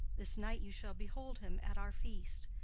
this night you shall behold him at our feast.